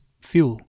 fuel